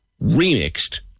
remixed